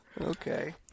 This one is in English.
Okay